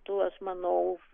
tų aš manau